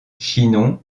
chinon